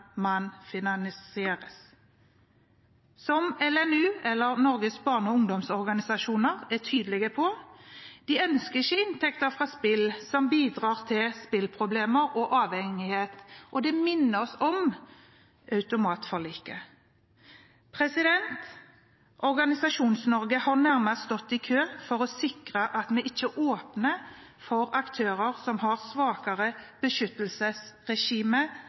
man finansieres. LNU – eller Norges barne- og ungdomsorganisasjoner – er tydelige på at de ikke ønsker inntekter fra spill som bidrar til spillproblemer og spilleavhengighet. De minner oss om automatforliket. Organisasjons-Norge har nærmest stått i kø for å sikre at vi ikke åpner for aktører som har svakere beskyttelsesregime